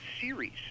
series